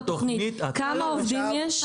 כמה עובדים יש?